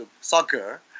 soccer